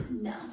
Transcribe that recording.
no